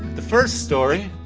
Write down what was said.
the first story,